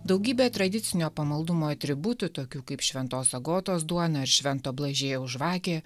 daugybė tradicinio pamaldumo atributų tokių kaip šventos agotos duona ar švento blažiejaus žvakė